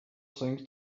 things